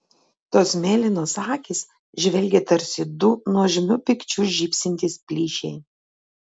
tos mėlynos akys žvelgė tarsi du nuožmiu pykčiu žybsintys plyšiai